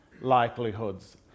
likelihoods